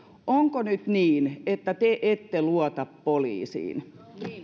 onko nyt niin että te ette luota poliisiin